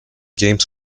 games